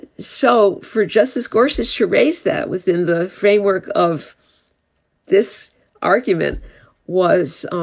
so for justice gauzes, she raised that within the framework of this argument was